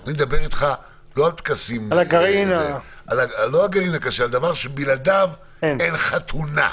אני מדבר אתך על דבר שבלעדיו אין חתונה.